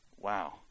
wow